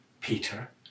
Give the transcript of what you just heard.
Peter